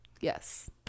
Yes